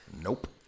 Nope